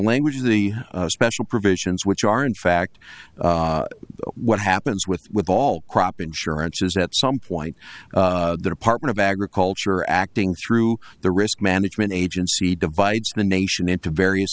language of the special provisions which are in fact what happens with with all crop insurance is at some point the department of agriculture acting through the risk management agency divides the nation into various